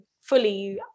fully